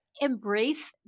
embrace